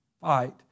fight